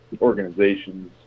organizations